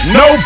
no